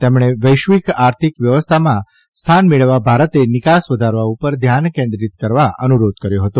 તેમણે વૈશ્વિક આર્થિક વ્યવસ્થામાં સ્થાન મેળવવા ભારતે નીકાસ વધારવા ઉપર ધ્યાન કેન્દ્રિત કરવા અનુરોધ કર્યો હતો